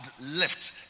left